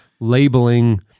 Labeling